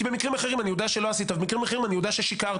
כי במקרים אחרים אני יודע שלא עשית ובמקרים אחרים אני יודע ששיקרתם.